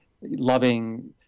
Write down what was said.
loving